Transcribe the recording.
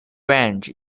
range